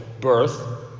birth